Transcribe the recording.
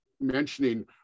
mentioning